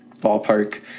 ballpark